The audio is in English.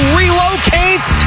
relocates